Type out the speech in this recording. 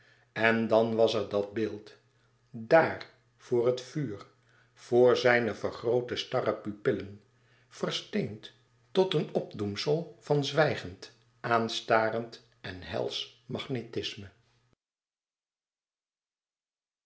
en dan was er dat beeld dààr vr het vuur vr zijne vergroote starre pupillen versteend tot een opdoemsel van zwijgend aanstarend en helsch magnetisme